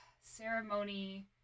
ceremony